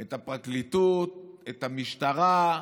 את הפרקליטות, את המשטרה,